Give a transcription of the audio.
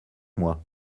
moi